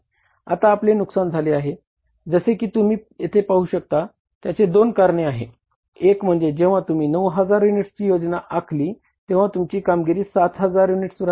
आता आपले नुकसान झाले आहे जसे की तुम्ही येथे पाहू शकता त्याचे दोन कारण आहे एक म्हणजे जेव्हा तुम्ही 9000 युनिट्सची योजना आखली तेव्हा तुमची कामगिरी 7000 युनिटवर आली